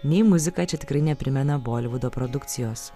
nei muzika čia tikrai neprimena bolivudo produkcijos